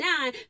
nine